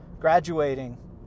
graduating